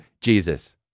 Jesus